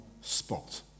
spot